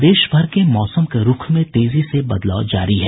प्रदेश भर के मौसम के रूख में तेजी से बदलाव जारी है